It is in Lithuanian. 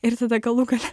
ir tada galų gale